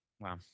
Wow